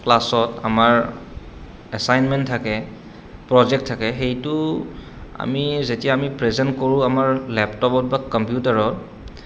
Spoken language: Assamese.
ক্লাছত আমাৰ এছাইনমেণ্ট থাকে প্ৰজেক্ট থাকে সেইটো আমি যেতিয়া আমি প্ৰেজেণ্ট কৰোঁ আমাৰ লেপটপত বা কম্পিউটাৰত